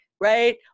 right